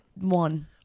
one